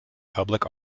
public